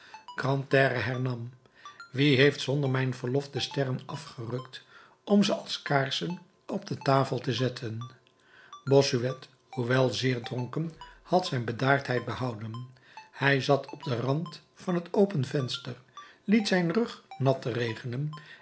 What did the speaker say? grantaire hernam wie heeft zonder mijn verlof de sterren afgerukt om ze als kaarsen op de tafel te zetten bossuet hoewel zeer dronken had zijn bedaardheid behouden hij zat op den rand van het open venster liet zijn rug nat regenen